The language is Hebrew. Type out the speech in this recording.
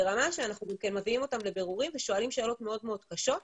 זה נעשה ברמה שאנחנו מביאים אותם לבירורים ושואלים שאלות קשות מאוד.